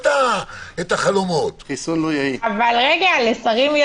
בהתאם להוראת רופא לפי סעיף 2(ג) לצו כאמור,